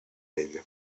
ell